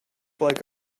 like